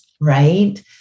right